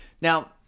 Now